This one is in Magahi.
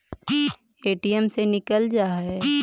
ए.टी.एम से निकल जा है?